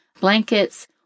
blankets